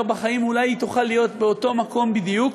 בחיים אולי היא תוכל להיות באותו מקום בדיוק,